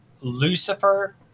lucifer